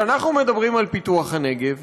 וכשאנחנו מדברים על פיתוח הנגב,